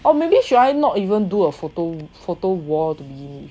oh maybe should I not even though a photo photo wall to begin with